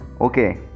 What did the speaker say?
Okay